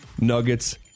Nuggets